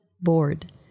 bored